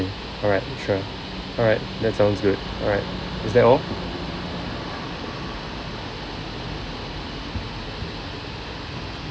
all right sure all right that sounds good all right is that all